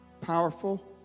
powerful